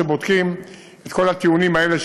שבודקים את כל הטיעונים האלה,